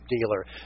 dealer